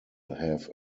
have